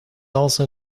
also